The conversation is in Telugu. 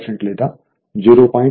8 లేదా 0